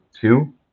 two